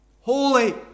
holy